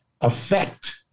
affect